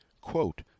quote